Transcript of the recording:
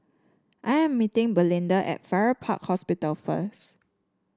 I am meeting Belinda at Farrer Park Hospital first